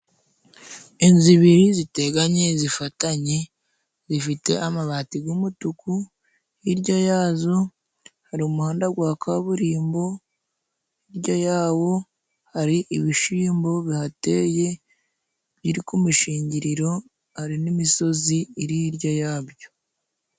Inzu ibiri ziteganye zifatanye zifite amabati g'umutuku, hirya yazo hari umuhanda gwa kaburimbo, hirya yawo hari ibishimbo bihateye biri ku mishingiriro, hari n'imisozi iri hirya yabyo.